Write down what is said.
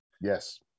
Yes